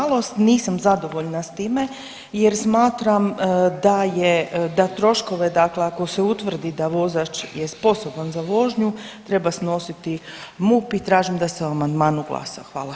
Nažalost nisam zadovoljna s time jer smatram da je, da troškove, dakle ako se utvrdi da vozač je sposoban za vožnju treba snositi MUP i tražim da se o amandmanu glasa.